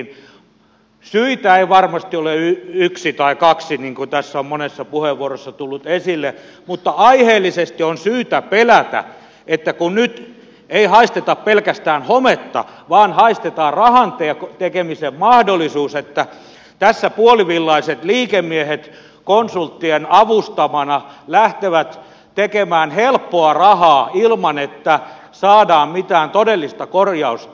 syitä ei varmasti ole yksi tai kaksi niin kuin tässä on monessa puheenvuorossa tullut esille mutta aiheellisesti on syytä pelätä että kun nyt ei haisteta pelkästään hometta vaan haistetaan rahan tekemisen mahdollisuus niin tässä puolivillaiset liikemiehet konsulttien avustamana lähtevät tekemään helppoa rahaa ilman että saadaan mitään todellista korjausta